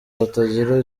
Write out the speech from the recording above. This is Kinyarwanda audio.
batagira